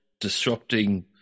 disrupting